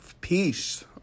peace